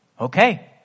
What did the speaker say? Okay